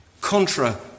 Contra